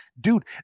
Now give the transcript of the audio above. dude